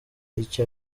icyo